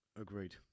Agreed